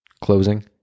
closing